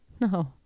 no